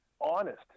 honest